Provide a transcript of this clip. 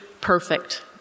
perfect